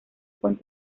con